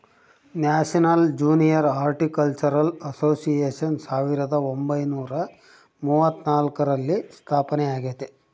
national junior horticultural association ಸಾವಿರದ ಒಂಬೈನುರ ಮೂವತ್ನಾಲ್ಕರಲ್ಲಿ ಸ್ಥಾಪನೆಯಾಗೆತೆ